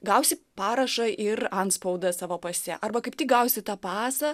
gausi parašą ir antspaudą savo pase arba kaip tik gausi tą pasą